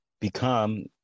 become